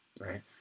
Right